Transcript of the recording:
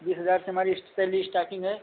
बीस हजार से हमारी सैलरी इस्टार्टिंग है